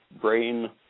brain